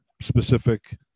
specific